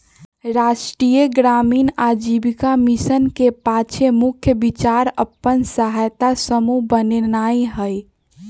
राष्ट्रीय ग्रामीण आजीविका मिशन के पाछे मुख्य विचार अप्पन सहायता समूह बनेनाइ हइ